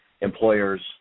employers